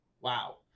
Wow